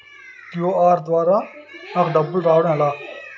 QR ద్వారా నాకు డబ్బులు రావడం ఎలా?